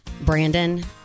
Brandon